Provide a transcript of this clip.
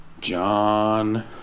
John